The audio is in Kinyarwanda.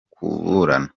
kuburana